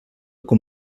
com